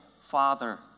father